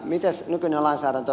miten nykyinen lainsäädäntö